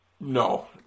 No